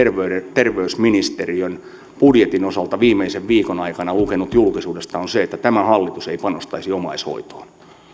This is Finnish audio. terveysministeriön budjetin osalta viimeisen viikon aikana lukenut julkisuudesta on se että tämä hallitus ei panostaisi omaishoitoon